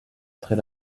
très